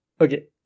okay